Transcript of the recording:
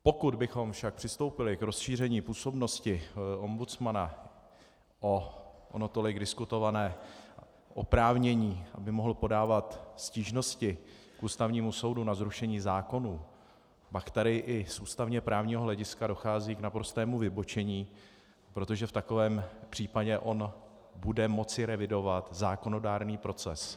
Pokud bychom však přistoupili k rozšíření působnosti ombudsmana o tolik diskutované oprávnění, aby mohl podávat stížnosti k Ústavnímu soudu na zrušení zákonů, pak tedy i z ústavněprávního hlediska dochází k naprostému vybočení, protože v takovém případě on bude moci revidovat zákonodárný proces.